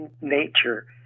nature